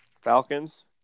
Falcons